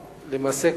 למעשה,